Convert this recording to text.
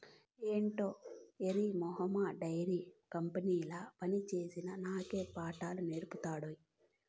ఏటే ఎర్రి మొహమా డైరీ కంపెనీల పనిచేసిన నాకే పాఠాలు నేర్పతాండావ్